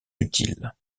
utile